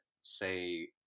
say